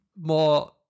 more